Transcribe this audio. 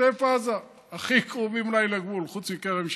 בעוטף עזה, אולי הכי קרובים לגבול חוץ מכרם שלום.